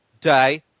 day